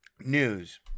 news